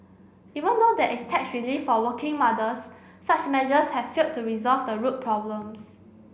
even though there is tax relief for working mothers such measures have failed to resolve the root problems